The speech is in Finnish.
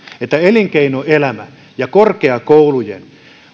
että elinkeinoelämä ja korkeakoulujen